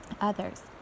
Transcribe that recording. others